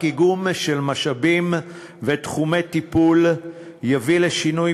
רק איגום של משאבים ותחומי טיפול יביא לשינוי